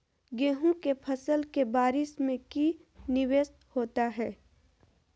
गेंहू के फ़सल के बारिस में की निवेस होता है?